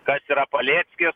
kas yra paleckis